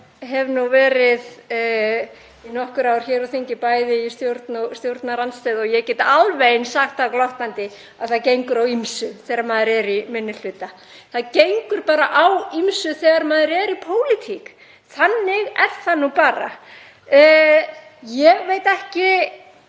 hef nú verið í nokkur ár hér á þingi, bæði í stjórn og stjórnarandstöðu, og ég get alveg eins sagt það glottandi að það gengur á ýmsu þegar maður er í minni hluta. Það gengur bara á ýmsu þegar maður er í pólitík. Þannig er það nú bara. Ég veit ekki